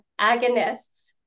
agonists